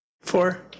Four